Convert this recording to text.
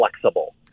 flexible